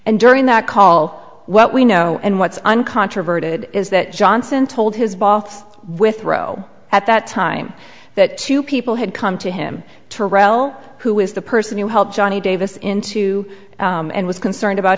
and during that call what we know and what's uncontroverted is that johnson told his boss with roe at that time that two people had come to him to rel who is the person who helped johnny davis into and was concerned about